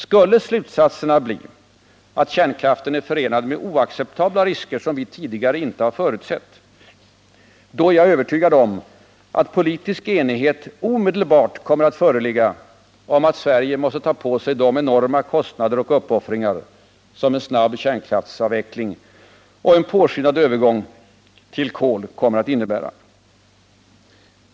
Skulle slutsatserna bli att kärnkraften är förenad med oacceptabla risker som vi tidigare inte har förutsett, då är jag övertygad om att politisk enighet omedelbart kommer att föreligga om att Sverige måste ta på sig de enorma kostnader och uppoffringar som en snabb kärnkraftsavveckling och en påskyndad övergång till kol kommer att innebära.